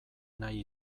nahi